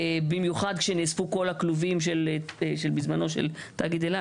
במיוחד כשנאספו כל הכלובים בזמנו של תאגיד אלה,